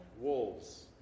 wolves